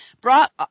brought